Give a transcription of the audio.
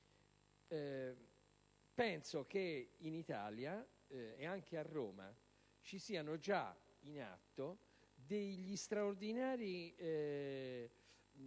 Penso che in Italia, e anche a Roma, siano già in atto straordinarie